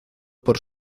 por